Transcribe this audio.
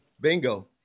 Bingo